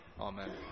Amen